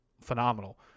phenomenal